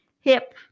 hip